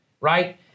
right